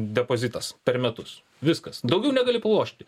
depozitas per metus viskas daugiau negali pralošti